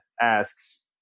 asks